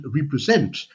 represent